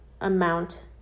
amount